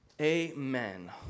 Amen